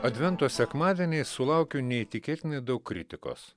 advento sekmadieniais sulaukiu neįtikėtinai daug kritikos